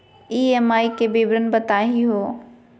EMI के विवरण बताही हो?